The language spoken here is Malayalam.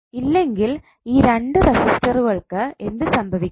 ഇല്ലെങ്കിൽ ഈ രണ്ട് റെസിസ്റ്ററുകൾക്ക് എന്ത് സംഭവിക്കും